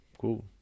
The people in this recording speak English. Cool